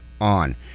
on